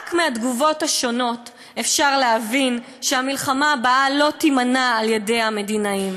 רק מהתגובות השונות אפשר להבין שהמלחמה הבאה לא תימנע על-ידי המדינאים,